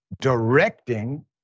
directing